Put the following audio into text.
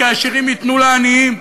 כי העשירים ייתנו לעניים.